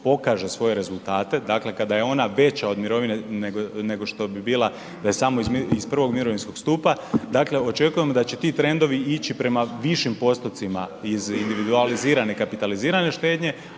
pokaže svoje rezultate, dakle kada je ona veća od mirovine nego što bi bila da je samo iz I. mirovinskog stupa, dakle očekujemo da će ti trenovi ići prema višim postotcima iz individualizirane i kapitalizirane štednje